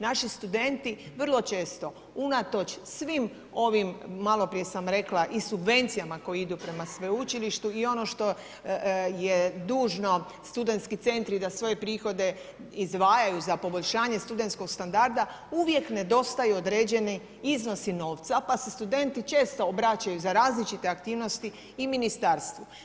Naši studenti vrlo često unatoč svim ovim, malo prije sam rekla i subvencijama koje idu prema sveučilištu i ono što je dužno studentski centri da svoje prihode izdvajaju za poboljšanje studentskog standarda uvijek nedostaju određeni iznosi novca pa se studenti često obraćaju za različite aktivnosti i ministarstvu.